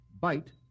Bite